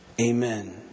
Amen